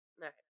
right